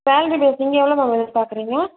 salary base நீங்கள் எவ்வளோ ma'am எதிர்பார்க்குறீங்க